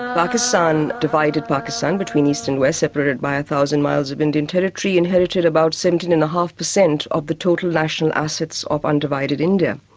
pakistan divided pakistan between east and west, separated by a thousand miles of indian territory, inherited about seventeen. and five percent of the total national assets of undivided india.